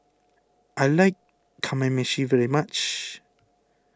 I like Kamameshi very much